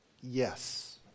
Yes